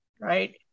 Right